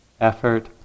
effort